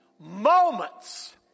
moments